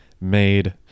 made